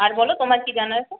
আর বলো তোমার কী জানার আছে